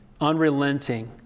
unrelenting